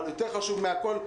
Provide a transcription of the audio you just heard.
אבל יותר חשוב מהכול,